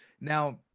Now